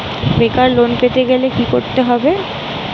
বেকার লোন পেতে গেলে কি করতে হবে?